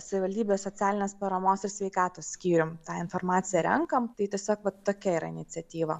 savivaldybės socialinės paramos ir sveikatos skyrium tą informaciją renkam tai tiesiog va tokia yra iniciatyva